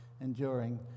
enduring